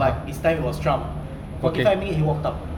but this time it was trump forty five minute he walked out